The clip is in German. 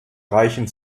reichen